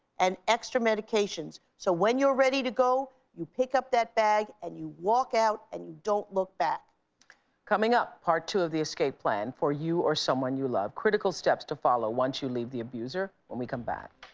and extra medications. so when you are ready to go, you pick up that bag and you walk out, and you don't look back. winfrey coming up, part two of the escape plan for you or someone you love. critical steps to follow once you leave the abuser when we come back.